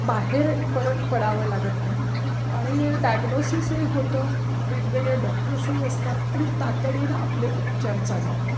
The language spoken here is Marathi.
बाहेर परत पडावं लागत नाही आणि डायग्नोसिसही होतं वेगवेगळे डॉक्टर्सही असतात आणि तातडीनं आपले उपचार चालू होतात